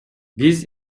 биз